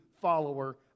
follower